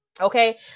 Okay